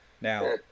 Now